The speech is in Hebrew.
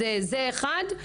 זה דבר אחד.